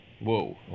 Whoa